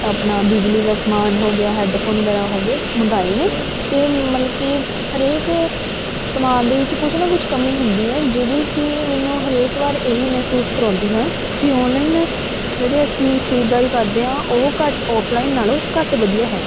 ਆਪਣਾ ਬਿਜਲੀ ਦਾ ਸਮਾਨ ਹੋ ਗਿਆ ਹੈਡਫੋਨ ਵਗੈਰਾ ਹੋ ਗਏ ਮੰਗਾਵਾਏ ਨੇ ਅਤੇ ਮਤਲਬ ਕਿ ਹਰੇਕ ਸਮਾਨ ਦੇ ਵਿੱਚ ਕੁਛ ਨਾ ਕੁਛ ਕਮੀ ਹੁੰਦੀ ਹੈ ਜਿਹੜੀ ਕਿ ਮੈਨੂੰ ਹਰੇਕ ਵਾਰ ਇਹੀ ਮਹਿਸੂਸ ਕਰਵਾਉਂਦੀ ਹੈ ਕਿ ਆਨਲਾਈਨ ਜਿਹੜੀ ਅਸੀਂ ਖਰੀਦਦਾਰੀ ਕਰਦੇ ਹਾਂ ਉਹ ਘੱਟ ਆਫਲਾਈਨ ਨਾਲੋਂ ਘੱਟ ਵਧੀਆ ਹੈ